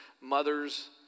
mothers